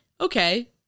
okay